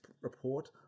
report